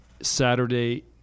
Saturday